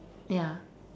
ya